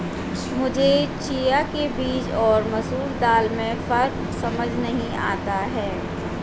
मुझे चिया के बीज और मसूर दाल में फ़र्क समझ नही आता है